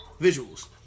visuals